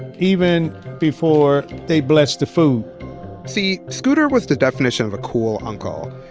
even before they blessed the food see, scooter was the definition of a cool uncle.